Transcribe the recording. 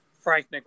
Frank